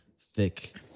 thick